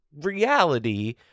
reality